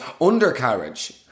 undercarriage